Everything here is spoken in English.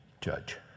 judge